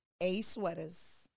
A-sweaters